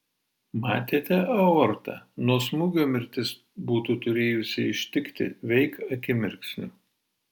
matėte aortą nuo smūgio mirtis būtų turėjusi ištikti veik akimirksniu